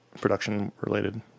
production-related